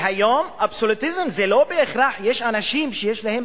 והיום, אבסולוטיזם זה לא בהכרח, יש אנשים שיש להם